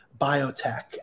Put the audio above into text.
biotech